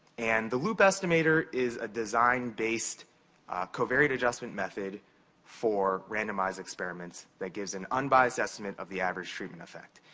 and the loop estimator is a design-based covariate adjustment method for randomized experiments that gives an unbiased estimate of the average treatment effect.